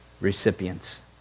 recipients